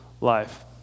life